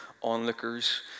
onlookers